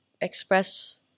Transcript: express